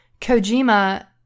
Kojima